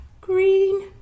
green